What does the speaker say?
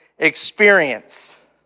experience